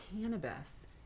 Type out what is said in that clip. cannabis